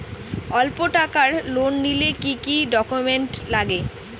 অল্প টাকার লোন নিলে কি কি ডকুমেন্ট লাগে?